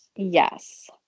Yes